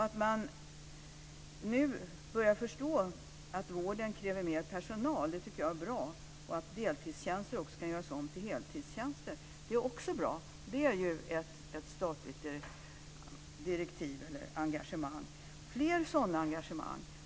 Att man nu börjar förstå att vården kräver mer personal tycker jag är bra, och att deltidstjänster kan göras om till heltidstjänster är också bra. Det är ett statligt engagemang. Fler sådana engagemang!